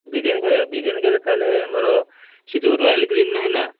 ବିରିୟାନି ଖାଇବା ବିରିୟାନି ଖାଇଲେ ତା'ହେଲେ ଆମର ସେ ଯେଉଁ ରୟାଲ୍ ଗ୍ରୀନ୍ ନାହିଁ ନା